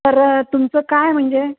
तर तुमचं काय म्हणजे